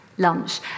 lunch